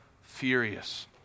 furious